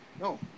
No